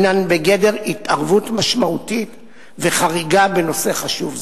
הן בגדר התערבות משמעותית וחריגה בנושא חשוב זה.